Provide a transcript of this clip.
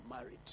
married